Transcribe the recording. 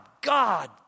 God